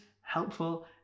helpful